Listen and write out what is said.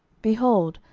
behold,